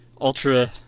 ultra